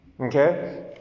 Okay